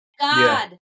God